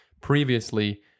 previously